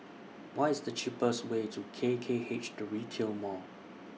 What IS The cheapest Way to K K H The Retail Mall